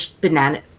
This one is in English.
banana